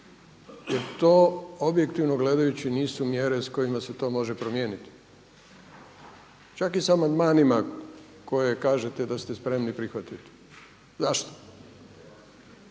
jel to objektivno gledajući nisu mjere s kojima se to može promijeniti, čak i sa amandmanima koje kažete da ste spremni prihvatiti. Zašto?